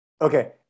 Okay